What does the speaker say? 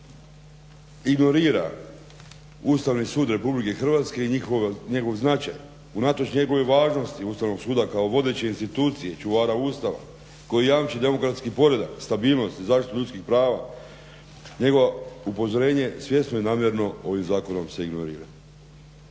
Ustavni sud Republike Hrvatske i njegov značaj, unatoč njegovoj važnosti, Ustavnog suda kako vodeće institucije čuvara Ustava, koji jamči demokratski poredak, stabilnost i zaštitu ljudskih prava njegovo upozorenje svjesno i namjerno ovim zakonom se ignorira.